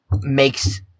makes